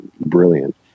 brilliant